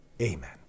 Amen